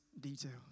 details